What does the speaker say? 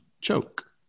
Choke